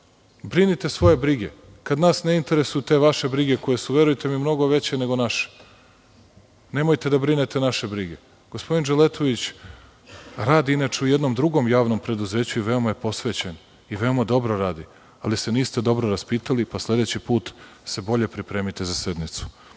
Brinite svoje brige. Kad nas ne interesuju te vaše brige koje su, verujte mi, mnogo veće nego naše, nemojte da brinete naše brige. Gospodin Dželetović inače radi u jednom drugom javnom preduzeću i veoma je posvećen i veoma dobro radi, ali se niste dobro raspitali, pa sledeći put se bolje pripremite za sednicu. Kažete